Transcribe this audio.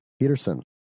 Peterson